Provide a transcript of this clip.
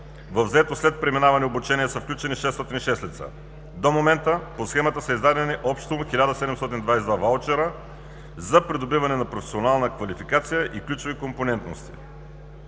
в заетост след преминаване обучение са включени 606 лица. До момента по схемата са издадени общо 1 722 ваучера за придобиване на професионална квалификация и ключови компонентности.